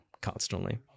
constantly